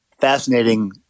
fascinating